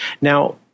Now